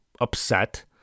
upset